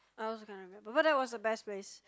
I also can't remember but that was the best place